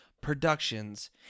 productions